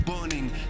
burning